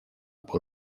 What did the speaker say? por